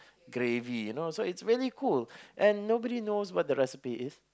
gravy you know so it's really cool and nobody knows what the recipe is